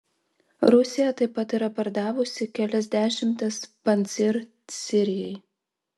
rusija taip pat yra pardavusi kelias dešimtis pancyr sirijai